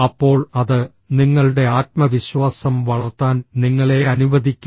അപ്പോൾ അത് നിങ്ങളുടെ ആത്മവിശ്വാസം വളർത്താൻ നിങ്ങളെ അനുവദിക്കില്ല